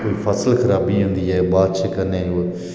फसल खराबी होंदी ऐ बारिश कन्नै